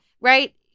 right